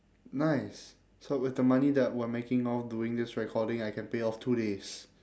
nice so with the money that we're making now doing this recording I can pay off two days